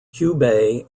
hubei